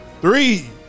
Three